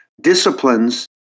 disciplines